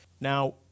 Now